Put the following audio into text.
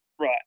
right